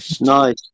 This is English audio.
Nice